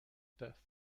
death